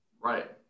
Right